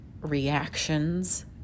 reactions